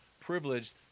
privileged